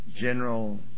general